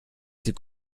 lied